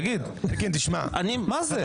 מה זה?